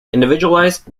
individualized